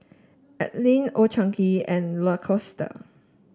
Anlene Old Chang Kee and Lacoste